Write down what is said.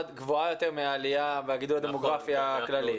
גבוהה מעלייה בגידול הדמוגרפי הכללי.